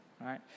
right